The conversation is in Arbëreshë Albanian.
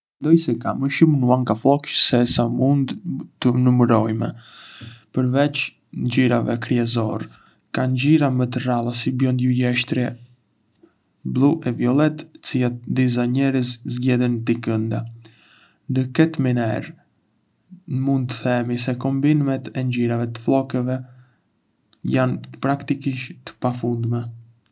Mendoj se ka më shumë nuanca flokësh sesa mund të numërojmë. Përveç ngjyrave kryesore, ka ngjyra më të rralla si biond luleshtrye, blu e violet, të cilat disa njerëz zgjedhin t'i kendë. Ndë këtë mënyrë, mund të themi se kombinimet e ngjyrave të flokëve jandë praktikisht të pafundme.